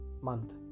month